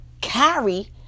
carry